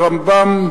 הרמב"ם,